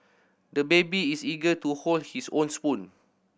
the baby is eager to hold his own spoon